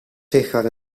zichtbaar